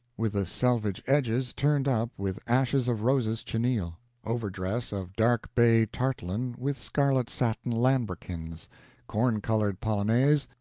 with the selvage edges turned up with ashes-of-roses chenille overdress of dark bay tarlatan with scarlet satin lambrequins corn-colored polonaise,